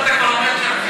אם אתה כבר עומד שם,